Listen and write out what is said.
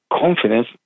confidence